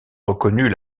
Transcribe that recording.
reconnut